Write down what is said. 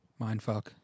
Mindfuck